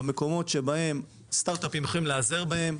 במקומות שבהם סטרטאפים יכולים להיעזר בהם,